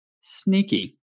Sneaky